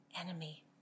enemy